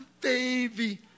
baby